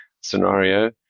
scenario